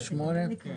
מקובל.